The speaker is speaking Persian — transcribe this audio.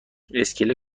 اسکله